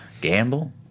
gamble